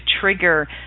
trigger